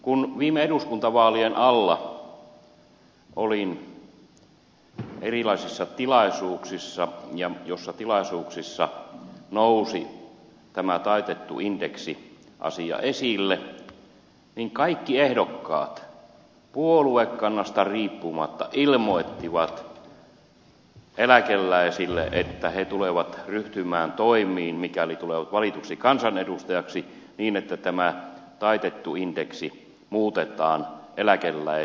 kun viime eduskuntavaalien alla olin erilaisissa tilaisuuksissa joissa nousi tämä taitettu indeksi asia esille niin kaikki ehdokkaat puoluekannasta riippumatta ilmoittivat eläkeläisille että he tulevat ryhtymään toimiin mikäli tulevat valituksi kansanedustajaksi niin että tämä taitettu indeksi muutetaan eläkeläisille edullisemmaksi